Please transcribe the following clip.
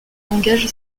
langage